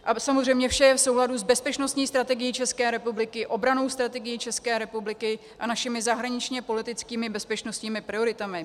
A samozřejmě vše je v souladu s bezpečnostní strategií České republiky, obrannou strategií České republiky a našimi zahraničněpolitickými bezpečnostními prioritami.